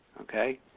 Okay